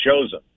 chosen